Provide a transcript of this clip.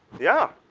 yeah.